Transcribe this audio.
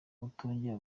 atongeye